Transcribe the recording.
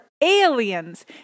aliens